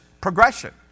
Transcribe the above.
progression